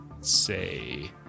say